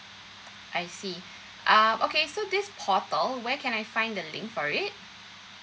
I see uh okay so this portal where can I find the link for it